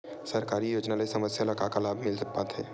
सरकारी योजना ले समस्या ल का का लाभ मिल सकते?